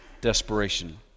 desperation